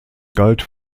galt